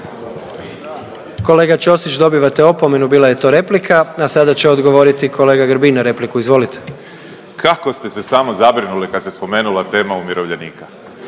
Kolega Ćosić dobivate opomenu, bila je to replika. A sada će odgovoriti kolega Grbin na repliku, izvolite. **Grbin, Peđa (SDP)** Kako ste se samo zabrinuli kad se spomenula tema umirovljenika.